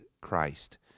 Christ